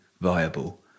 viable